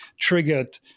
triggered